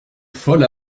fol